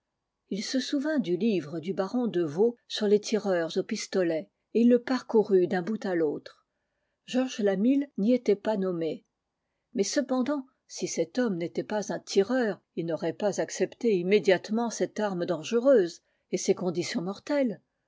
ii se souvint du livre du baron de vaux sur les tireurs au pistolet et il le parcourut